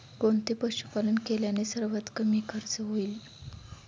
कोणते पशुपालन केल्याने सर्वात कमी खर्च होईल?